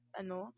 ano